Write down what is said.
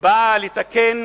באה לתקן